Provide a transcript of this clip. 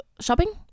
shopping